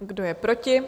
Kdo je proti?